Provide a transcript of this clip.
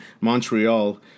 Montreal